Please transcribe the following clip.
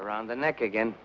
around the neck again